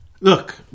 look